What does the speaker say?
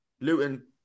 Luton